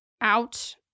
out